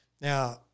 Now